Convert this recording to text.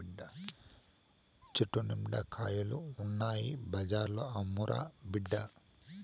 చెట్టు నిండా కాయలు ఉన్నాయి బజార్లో అమ్మురా బిడ్డా